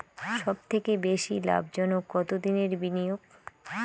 সবথেকে বেশি লাভজনক কতদিনের বিনিয়োগ?